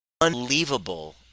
unbelievable